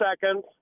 seconds